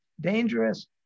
dangerous